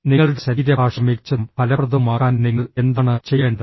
നിങ്ങളുടെ ശരീരഭാഷ മികച്ചതും ഫലപ്രദവുമാക്കാൻ നിങ്ങൾ എന്താണ് ചെയ്യേണ്ടത്